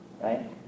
right